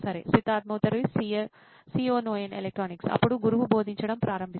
Siddharth Maturi CEO నోయిన్ electronics అప్పుడు గురువు బోధించడం ప్రారంభిస్తాడు